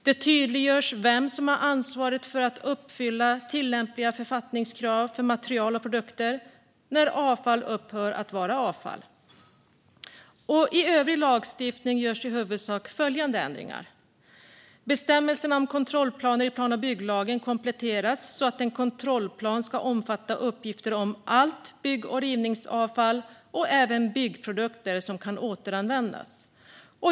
Det tydliggörs vem som har ansvaret för att uppfylla tillämpliga författningskrav för material och produkter när avfall upphör att vara avfall. I övrig lagstiftning görs i huvudsak följande ändringar. Bestämmelserna om kontrollplaner i plan och bygglagen kompletteras så att en kontrollplan ska omfatta uppgifter om allt bygg och rivningsavfall och även byggprodukter som kan återanvändas.